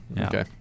Okay